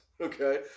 okay